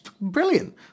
brilliant